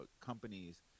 companies